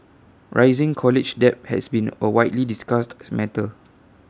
rising college debt has been A widely discussed matter